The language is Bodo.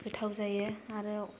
गोथाव जायो आरो